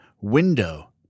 window